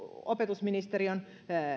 opetusministeriön